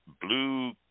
blue